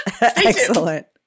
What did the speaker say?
Excellent